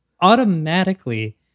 automatically